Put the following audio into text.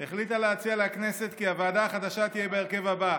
החליטה להציע לכנסת כי הוועדה החדשה תהיה בהרכב הבא: